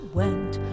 went